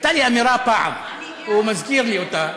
הייתה לי אמירה פעם, והוא מזכיר לי אותה.